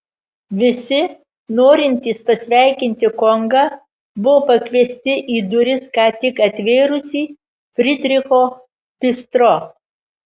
visi norintys pasveikinti kongą buvo pakviesti į duris ką tik atvėrusį frydricho bistro